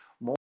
more